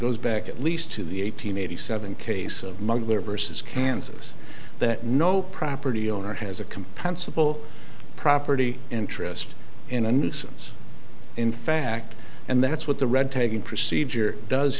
goes back at least to the eight hundred eighty seven case of mugler versus kansas that no property owner has a compensable property interest in a nuisance in fact and that's what the red taking procedure does